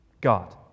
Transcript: God